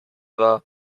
war